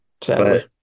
Sadly